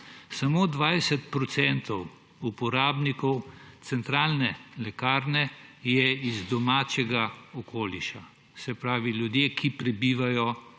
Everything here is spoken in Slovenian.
Samo 20 % uporabnikov centralne lekarne je iz domačega okoliša. Se pravi, ljudje, ki prebivajo